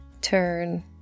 turn